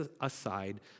aside